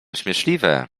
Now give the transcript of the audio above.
śmieszliwe